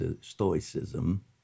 stoicism